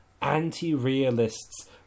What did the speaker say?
anti-realists